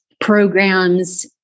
programs